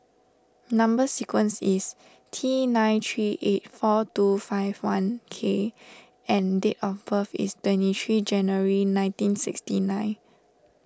Number Sequence is T nine three eight four two five one K and date of birth is twenty three January nineteen sixty nine